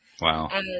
Wow